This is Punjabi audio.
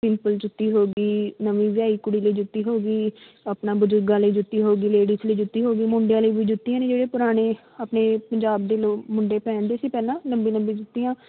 ਸਿੰਪਲ ਜੁੱਤੀ ਹੋ ਗਈ ਨਵੀਂ ਵਿਆਹੀ ਕੁੜੀ ਲਈ ਜੁੱਤੀ ਹੋ ਗਈ ਆਪਣਾ ਬਜ਼ੁਰਗਾਂ ਲਈ ਜੁੱਤੀ ਹੋ ਗਈ ਲੇਡੀਸ ਲਈ ਜੁੱਤੀ ਹੋ ਗਈ ਮੁੰਡਿਆਂ ਲਈ ਵੀ ਜੁੱਤੀਆਂ ਨੇ ਜਿਹੜੇ ਪੁਰਾਣੇ ਆਪਣੇ ਪੰਜਾਬ ਦੇ ਲੋਕ ਮੁੰਡੇ ਪਹਿਣਦੇ ਸੀ ਪਹਿਲਾਂ ਲੰਬੀ ਲੰਬੀ ਜੁੱਤੀਆਂ